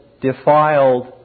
defiled